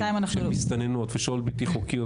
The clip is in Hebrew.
של מסתננות ושוהות בלתי חוקיות